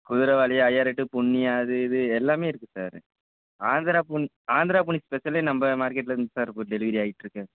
குதிரவாலி IR எட்டு பொன்னி அது இது எல்லாமே இருக்குது சார் ஆந்திரா பூண்டு ஆந்திரா பூண்டு ஸ்பெஷலே நம்ம மார்க்கெட்டில் இருந்து சார் இப்போ டெலிவரி ஆயிட்டுருக்கு